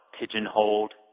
pigeonholed